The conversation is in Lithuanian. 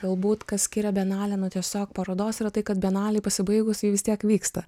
galbūt kas skiria bienalę nuo tiesiog parodos yra tai kad bienaliai pasibaigus ji vis tiek vyksta